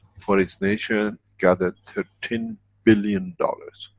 for its nation, gathered thirteen billion dollars.